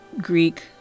Greek